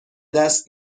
دست